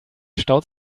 staut